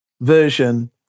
version